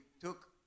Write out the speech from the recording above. took